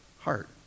heart